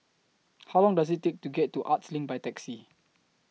How Long Does IT Take to get to Arts LINK By Taxi